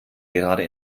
gerade